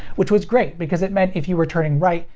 which was great because it meant if you were turning right,